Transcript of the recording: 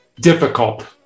difficult